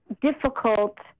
difficult